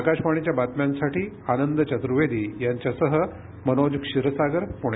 आकाशवाणीच्या बातम्यांसाठी आनंद चतुर्वेदी यांच्यासह मनोज क्षीरसागर पुणे